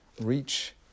reach